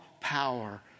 power